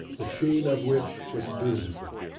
the sheen of which was beautiful.